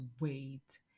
wait